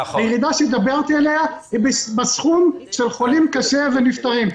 הירידה שדיברתי עליה היא בסכום של חולים קשה ונפטרים.